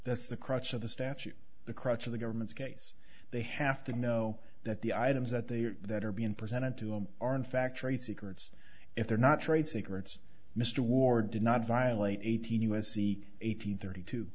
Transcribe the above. that's the crux of the statute the crux of the government's case they have to know that the items that they are that are being presented to him are in fact trade secrets if they're not trade secrets mr ward did not violate eighteen u s c eight hundred thirty two